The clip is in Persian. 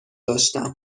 داشتم